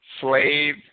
slave